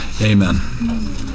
Amen